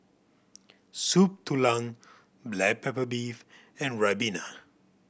Soup Tulang black pepper beef and ribena